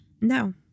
No